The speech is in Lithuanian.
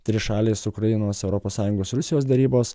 trišalės ukrainos europos sąjungos ir rusijos derybos